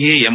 A M